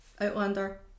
Outlander